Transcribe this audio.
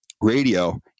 radio